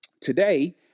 today